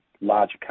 larger